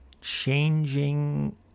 changing